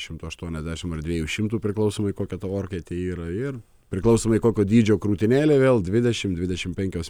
šimto aštuoniasdešimt ar dviejų šimtų priklausomai kokia ta orkaitė yra ir priklausomai kokio dydžio krūtinėlė vėl dvidešimt dvidešimt penkios minutės